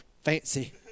fancy